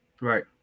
Right